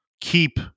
keep